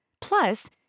Plus